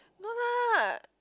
no lah